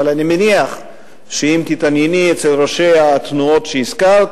אבל אני מניח שאם תתענייני אצל ראשי התנועות שהזכרת,